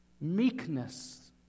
meekness